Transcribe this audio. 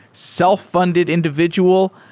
self-funded individual?